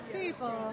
people